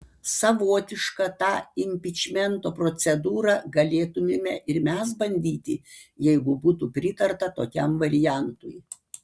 savotišką tą impičmento procedūrą galėtumėme ir mes bandyti jeigu būtų pritarta tokiam variantui